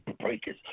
Breakers